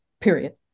period